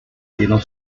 dieron